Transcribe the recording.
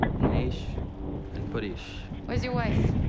minesh and paresh. where's your wife?